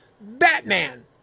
Batman